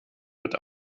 wird